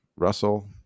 Russell